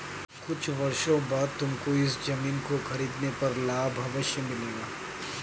कुछ वर्षों बाद तुमको इस ज़मीन को खरीदने पर लाभ अवश्य मिलेगा